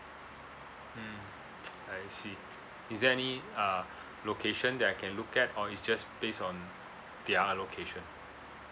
mm I see is there any uh location that I can look at all or it's just based on their allocation